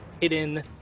hidden